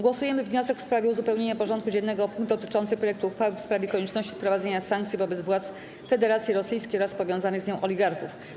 Głosujemy nad wnioskiem w sprawie uzupełnienia porządku dziennego o punkt dotyczący projektu uchwały w sprawie konieczności wprowadzenia sankcji wobec władz Federacji Rosyjskiej oraz powiązanych z nią oligarchów.